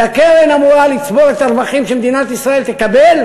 כי הקרן אמורה לצבור את הרווחים שמדינת ישראל תקבל